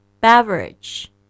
Beverage